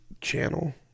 channel